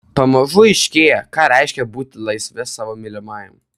pamažu aiškėja ką reiškia būti laisve savo mylimajam